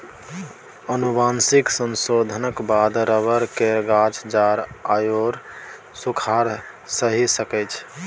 आनुवंशिक संशोधनक बाद रबर केर गाछ जाड़ आओर सूखाड़ सहि सकै छै